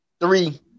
three